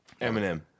Eminem